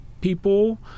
people